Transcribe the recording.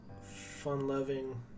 fun-loving